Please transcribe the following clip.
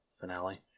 finale